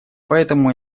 поэтому